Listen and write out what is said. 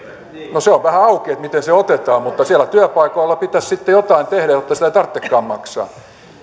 no se on vähän auki miten se otetaan mutta siellä työpaikoilla pitäisi sitten jotain tehdä jotta sitä ei tarvitsekaan maksaa